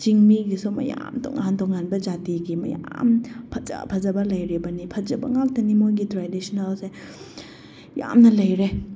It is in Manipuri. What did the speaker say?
ꯆꯤꯡꯃꯤꯒꯤꯁꯨ ꯃꯌꯥꯝ ꯇꯣꯉꯥꯟ ꯇꯣꯉꯥꯟꯕ ꯖꯥꯇꯤꯒꯤ ꯃꯌꯥꯝ ꯐꯖ ꯐꯖꯕ ꯂꯩꯔꯤꯕꯅꯦ ꯐꯖꯕ ꯉꯥꯛꯇꯅꯦ ꯃꯣꯏꯒꯤ ꯇ꯭ꯔꯦꯗꯤꯁꯟꯅꯦꯜꯁꯦ ꯌꯥꯝꯅ ꯂꯩꯔꯦ